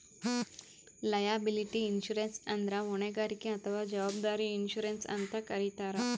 liability insurance ಅಂದ್ರ ಹೊಣೆಗಾರಿಕೆ ಅಥವಾ ಜವಾಬ್ದಾರಿ ಇನ್ಶೂರೆನ್ಸ್ ಅಂತ್ ಕರಿತಾರ್